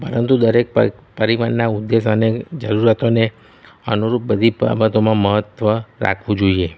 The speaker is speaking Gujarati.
પરંતુ દરેક પરિવહનના ઉદ્દેશ અને જરૂરતોને અનુરૂપ બધી બાબતોમાં મહત્ત્વ રાખવું જોઈએ